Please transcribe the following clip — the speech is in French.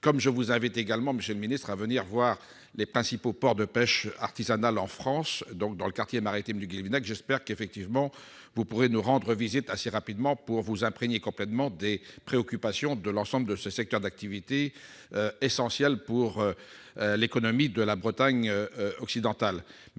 Je vous invite également, monsieur le ministre, à venir visiter les principaux ports de pêche artisanale en France, notamment le quartier maritime du Guilvinec. J'espère que vous pourrez le faire assez rapidement afin de prendre la mesure des préoccupations de l'ensemble de ce secteur d'activité, essentiel pour l'économie de la Bretagne occidentale.